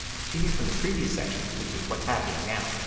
continue from the previous section which is what's happening now.